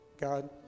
God